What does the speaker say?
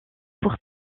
pour